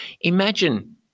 Imagine